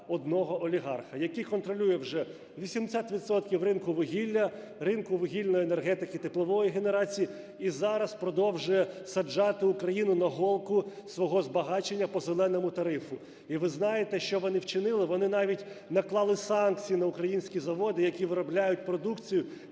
одного олігарха, який контролює вже 80 відсотків ринку вугілля, ринку вугільної енергетики і теплової генерації і зараз продовжує саджати Україну на голку свого збагачення по "зеленому" тарифу. І ви знаєте, що вони вчинили? Вони навіть наклали санкції на українські заводи, які виробляють продукцію